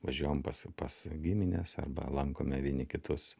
važiuojam pas pas gimines arba lankome vieni kitus